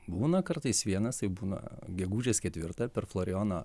būna kartais vienas tai būna gegužės ketvirtą per florijoną